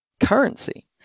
currency